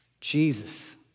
Jesus